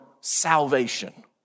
salvation